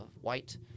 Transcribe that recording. white